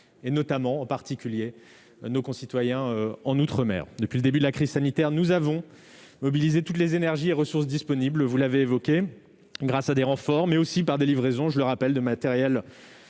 et, notamment, en particulier nos concitoyens en Outre-mer, depuis le début de la crise sanitaire, nous avons mobilisé toutes les énergies et ressources disponibles, vous l'avez évoqué grâce à des renforts mais aussi par des livraisons, je le rappelle, de matériel